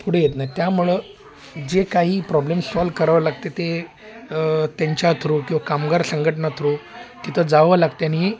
पुढे येत नाहीत त्यामुळं जे काही प्रॉब्लेम सॉल्व करावं लागते ते त्यांच्या थ्रू किंवा कामगार संघटना थ्रू तिथं जावं लागते आणि